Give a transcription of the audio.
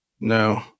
No